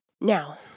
Now